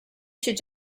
should